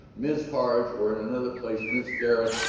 ms. hardge, or in another place, ms. garrett,